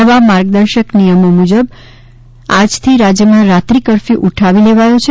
નવા માર્ગદર્શક નિયમો મુજબ આજથી રાજ્યમાં રાત્રી કર્ફ્યુ ઉઠાવી લેવાયો છે